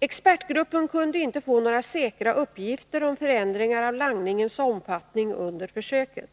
Expertgruppen kunde inte få några säkra uppgifter om förändringar av langningens omfattning under försöket.